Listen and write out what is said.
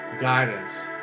guidance